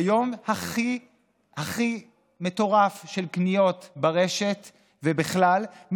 ביום הכי הכי מטורף של קניות ברשת ובכלל,